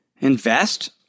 invest